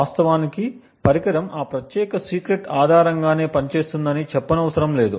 వాస్తవానికి పరికరం ఆ ప్రత్యేక సీక్రెట్ ఆధారంగానే పనిచేస్తోందని చెప్పనవసరం లేదు